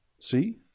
See